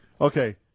Okay